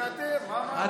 זה אתם, מה הבעיה?